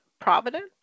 Providence